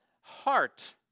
heart